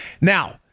Now